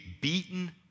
beaten